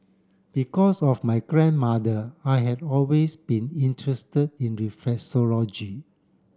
because of my grandmother I had always been interested in reflexology